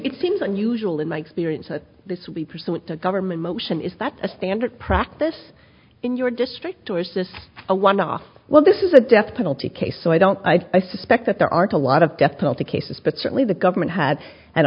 it seems unusual in my experience this week pursuant to government motion is that a standard practice in your district or is this a one off well this is a death penalty case so i don't i suspect that there aren't a lot of death penalty cases but certainly the government had an